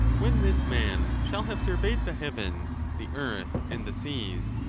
when this man shall have surveyed the heavens, the earth, and the seas,